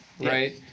right